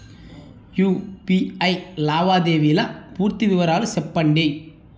UPI లావాదేవీల పూర్తి వివరాలు సెప్పండి?